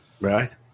Right